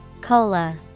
cola